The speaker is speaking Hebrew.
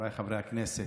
חבריי חברי הכנסת,